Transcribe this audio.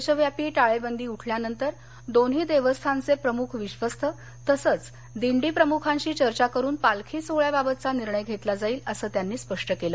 देशव्यापी टाळेबंदी उठल्यानंतर दोन्ही देवस्थानचे प्रमुख विश्वस्त तसंच दिंडी प्रमुखांशी चर्चा करून पालखी सोहळ्याबाबतचा निर्णय घेतला जाईल असं त्यांनी स्पष्ट केलं